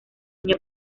niño